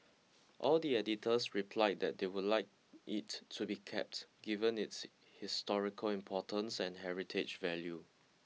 all the editors replied that they would like it to be kept given its historical importance and heritage value